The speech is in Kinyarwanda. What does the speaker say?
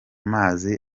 mazi